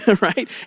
right